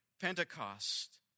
Pentecost